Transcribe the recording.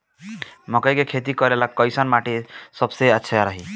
मकई के खेती करेला कैसन माटी सबसे अच्छा रही?